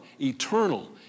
eternal